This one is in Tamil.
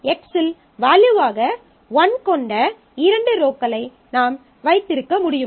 X இல் வேல்யூவாக "1" கொண்ட இரண்டு ரோக்களை நாம் வைத்திருக்க முடியும்